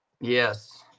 Yes